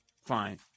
Fine